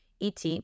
ET